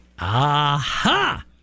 Aha